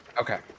Okay